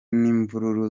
n’imvururu